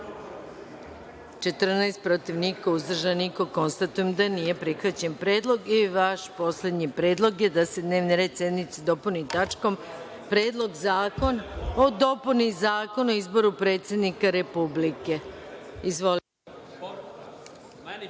14, protiv – niko, uzdržanih – nema. Konstatujem da nije prihvaćen predlog.I vaš poslednji predlog je da se dnevni red sednice dopuni tačkom – Predlog zakona o dopuni Zakona o izboru predsednika Republike. Izvolite.(Radoslav